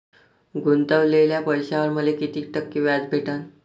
गुतवलेल्या पैशावर मले कितीक टक्के व्याज भेटन?